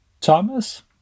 Thomas